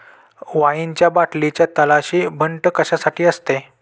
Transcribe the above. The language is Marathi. वाईनच्या बाटलीच्या तळाशी बंट कशासाठी असते?